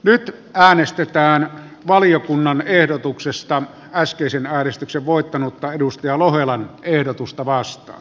l alistetaan valiokunnan ehdotuksestaan pääskysen äänestyksen voittanutta edustajalohelan ehdotusta vastaan